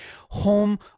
home